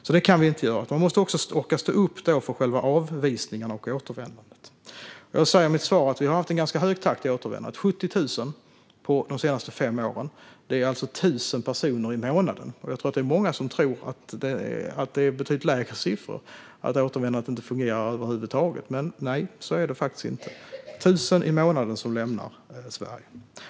Detta kan vi inte ha, utan vi måste orka stå upp för själva avvisningen och återvändandet. I mitt svar sa jag att vi har haft en ganska hög takt i återvändandet: 70 000 de senaste fem åren. Det är alltså 1 000 personer i månaden, och jag tror att många tror att siffrorna är betydligt lägre och att återvändandet inte fungerar över huvud taget. Så är det faktiskt inte, utan det är 1 000 i månaden som lämnar Sverige.